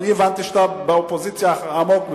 אני הבנתי שאתה באופוזיציה, עמוק בפנים.